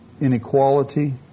inequality